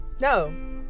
No